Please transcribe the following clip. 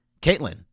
Caitlin